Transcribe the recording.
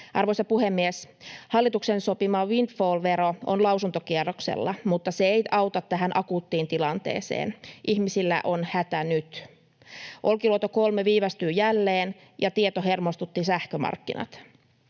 Arvoisa puhemies! Hallituksen sopima windfall-vero on lausuntokierroksella, mutta se ei auta tähän akuuttiin tilanteeseen. Ihmisillä on hätä nyt. Olkiluoto 3 viivästyy jälleen, ja tieto hermostutti sähkömarkkinat.